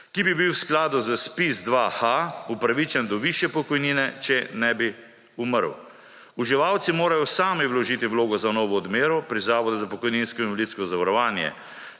ki bi bil v skladu z ZPIZ-2h upravičen do višje pokojnine, če nebi umrl. Uživalci morajo sami vložiti vlogo za novo odmero pri Zavodu za pokojninsko in invalidsko zavarovanje.